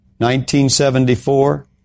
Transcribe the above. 1974